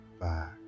back